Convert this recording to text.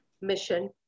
mission